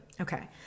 Okay